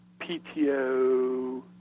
PTO